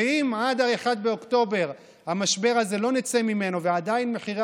ואם עד 1 באוקטובר לא נצא מהמשבר הזה ועדיין מחירי